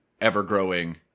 ever-growing